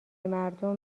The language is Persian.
مردم